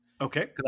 Okay